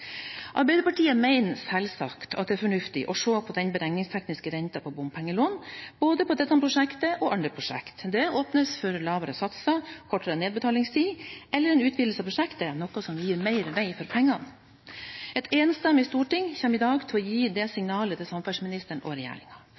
Arbeiderpartiet mener selvsagt at det er fornuftig å se på den beregningstekniske renten på bompengelån, både på dette prosjektet og på andre prosjekt. Det åpnes for lavere satser, kortere nedbetalingstid, eller en utvidelse av prosjektet, noe som vil gi mer vei for pengene. Et enstemmig storting kommer i dag til å gi det signalet til samferdselsministeren og